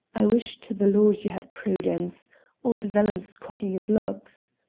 i wish to the lord you had prudence old vellum's cocking his lugs.